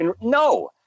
no